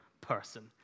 person